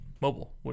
mobile